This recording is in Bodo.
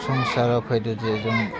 संसाराव फैदों जे जों